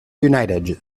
united